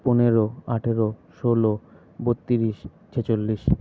পনেরো আঠেরো ষোলো বত্তিরিশ ছেচল্লিশ